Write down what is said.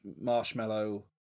marshmallow